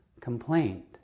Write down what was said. complaint